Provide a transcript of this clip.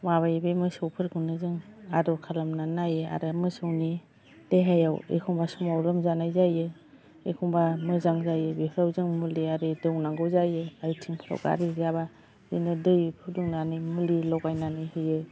माबायो बे मोसौफोरखौनो जों आदर खालामनानै नायो आरो मोसौनि देहायाव एखनबा समाव लोमजानाय जायो एखनबा मोजां जायो बेफोराव जों मुलि आरि दौनांगौ जायो आइथिंफ्राव गाराय जाबा बिदिनो दै फुदुंनानै मुलि लगायनानै होयो